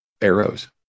arrows